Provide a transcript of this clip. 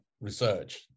research